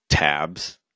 tabs